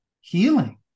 healing